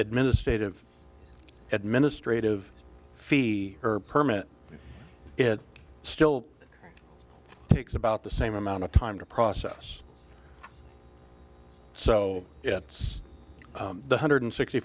administrative administrative fee or permit it still takes about the same amount of time to process so it's the hundred sixty